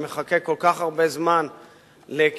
שמחכה כל כך הרבה זמן לקידומו,